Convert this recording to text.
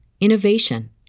innovation